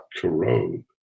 corrode